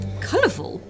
Colorful